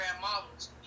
models